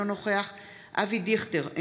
אינו נוכח אבי דיכטר,